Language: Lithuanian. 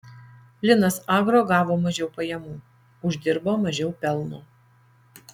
linas agro gavo mažiau pajamų uždirbo mažiau pelno